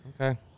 Okay